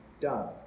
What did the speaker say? done